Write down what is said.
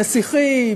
נסיכים,